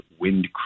Wind